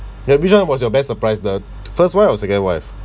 then which one was your best surprise the first wife or second wife